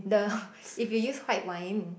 the if you use white wine